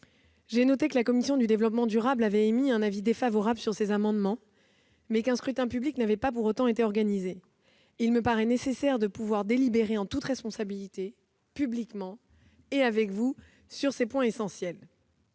du territoire et du développement durable avait émis un avis défavorable sur ces amendements, mais qu'aucun scrutin public n'avait pour autant été organisé. Il me paraît nécessaire de pouvoir délibérer en toute responsabilité, publiquement, et avec vous, sur ces points essentiels.